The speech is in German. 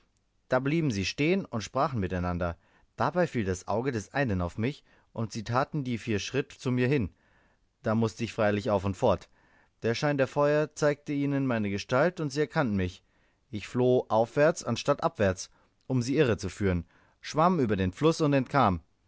da blieben sie stehen und sprachen miteinander dabei fiel das auge des einen auf mich und sie taten die vier schritt zu mir hin da mußte ich freilich auf und fort der schein der feuer zeigte ihnen meine gestalt und sie erkannten mich ich floh aufwärts anstatt abwärts um sie irre zu führen schwamm über den fluß und entkam